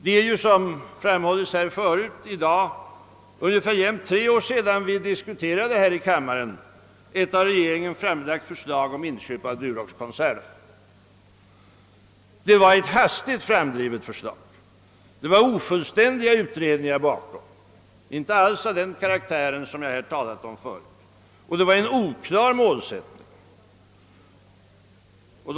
Som tidigare framhållits är det ungefär tre år sedan vi här i kammaren diskuterade ett av regeringen framlagt förslag om inköp av Duroxkoncernen. Det var ett snabbt framdrivet förslag. De utredningar som hade gjorts var ofullständiga och inte alls av den karaktär som jag här talat om och målsättningen var oklar.